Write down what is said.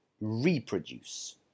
reproduce